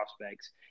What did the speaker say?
prospects